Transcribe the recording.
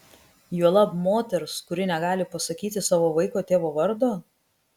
juolab moters kuri negali pasakyti savo vaiko tėvo vardo